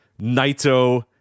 naito